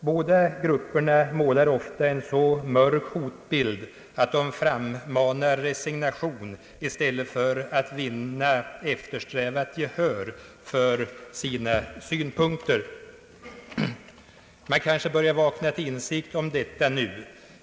Båda grupperna målar ofta en så mörk »hotbild» att de frammanar resignation i stället för att vinna eftersträvat gehör för sina synpunkter. Man börjar kanske vakna till insikt om detta nu.